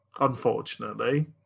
unfortunately